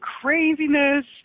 craziness